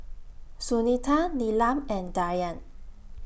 Sunita Neelam and Dhyan